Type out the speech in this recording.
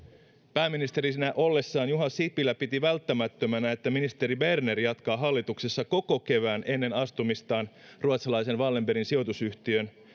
pääministerinä ollessaan juha sipilä piti välttämättömänä että ministeri berner jatkaa hallituksessa koko kevään ennen astumistaan ruotsalaisen wallenberg suvun sijoitusyhtiön